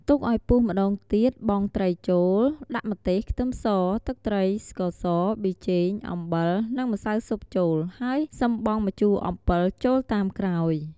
ទុកអោយពុះម្ដងទៀតបង់ត្រីចូល ដាក់ម្ទេស ខ្ទឹមស ទឹកត្រី ស្ករស ប៊ីចេង អំបិល និងម្សៅស៊ុបចូល ហើយសឹមបង់ម្ជូរអម្ពិលចូលតាមក្រោយ។